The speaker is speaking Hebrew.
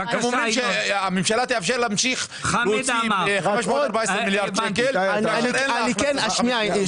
הם אומרים שהממשלה תאפשר להמשיך להוציא 514 מיליארד שקל ואין לה הכנסה.